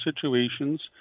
situations